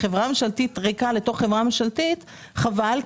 חברה ממשלתית ריקה לתוך חברה ממשלתית חבל,